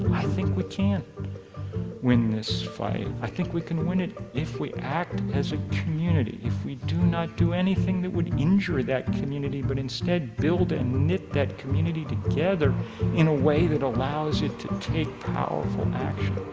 i think we can win this fight. i think we can win it if we act as a community, if we do not do anything that would injure that community but instead build and knit that community together in a way that allows it to take powerful action.